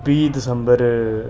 बीह् दिसंबर